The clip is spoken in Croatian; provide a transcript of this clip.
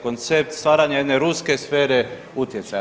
Koncept stvaranja jedne ruske sfere utjecaja.